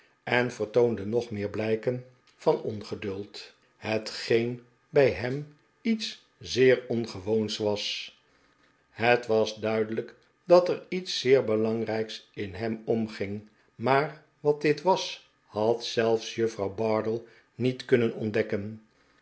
en vertoonde nog meer blijken van ongeduld hetgeen bij hem lets zeer ongewoons was het was duidelijk dat er iets zeer belangrijks in hem omging maar wat dit was had zelfs juffrouw bardell niet kunnen ontdekken